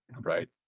right